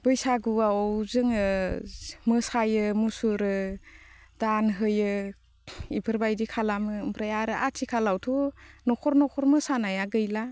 बैसागुआव जोङो मोसायो मुसुरो दान होयो बेफोरबायदि खालामो ओमफ्राय आरो आथिखालावथ' न'खर न'खर मोसानाया गैला